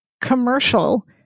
commercial